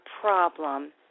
problem